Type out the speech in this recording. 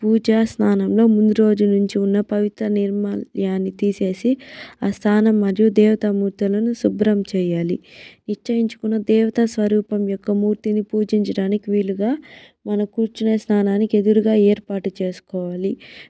పూజా స్థానంలో ముందు రోజు నుంచి ఉన్న పవిత్ర తీసేసి ఆ స్థానం మరియు దేవతామూర్తులను శుభ్రం చేయాలి ఇచ్ఛయించుకొని దేవతాస్వరూపము యొక్క మూర్తిని పూజించడానికి వీలుగా మనం కుర్చునే స్థానానికి ఎదురుగా ఏర్పాటు చేసుకోవాలి